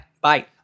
Bye